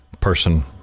person